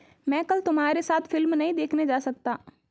मैं कल तुम्हारे साथ फिल्म नहीं देखने जा सकता